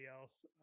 else